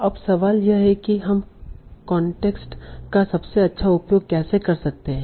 अब सवाल यह है कि हम कांटेक्स्ट का सबसे अच्छा उपयोग कैसे कर सकते हैं